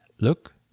look